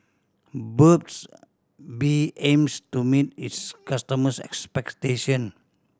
Burt's Bee aims to meet its customers' expectation